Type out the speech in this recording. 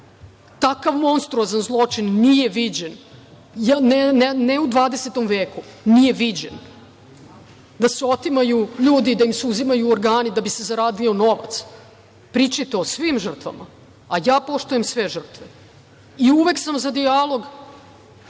Takav monstruozan zločin nije viđen, ne u 20 veku, nije viđen da se otimaju ljudi, da im se uzimaju organi da bi se zaradio novac. Pričajte o svim žrtvama. Ja poštujem sve žrtve i uvek sam za dijalog,